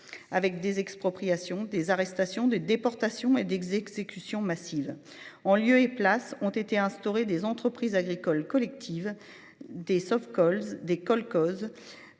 Avec des expropriations des arrestations de déportation et d'exécutions massives en lieu et place ont été instaurés des entreprises agricoles. Collective des sauf. Des kolkhozes